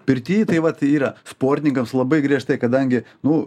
pirtyje tai vat yra sportininkams labai griežtai kadangi nu